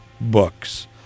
books